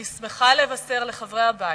אני שמחה לבשר על כך לחברי הבית.